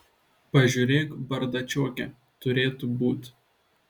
pažiūrėk bardačioke turėtų būt